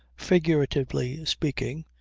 figuratively speaking,